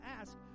ask